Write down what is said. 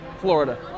Florida